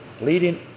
leading